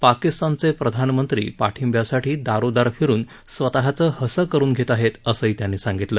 पाकिस्तानचे प्रधानमंत्री पाठिंब्यासाठी दारोदार फिरून स्वतःच हसं करून घेत आहेत असंही त्यांनी सांगितलं